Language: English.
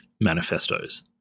manifestos